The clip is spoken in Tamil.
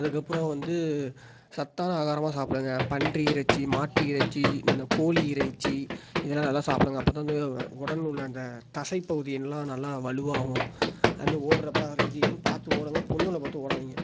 அதுக்கப்பறம் வந்து சத்தான ஆகாரமாக சாப்பிடுங்க பன்றி இறைச்சி மாட்டு இறைச்சி இந்த கோழி இறைச்சி இதெலாம் நல்லா சாப்பிடுங்க அப்போ தான் வந்து உடன்னுள்ள அந்த தசைப்பகுதி எல்லாம் நல்லா வலுவாகும் அது மாரி ஓட்றப்போ வர எது என் பார்த்து ஓடுங்கள் பொண்ணுங்களை பார்த்து ஓடாதீங்க